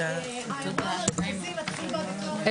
הישיבה ננעלה בשעה 11:17.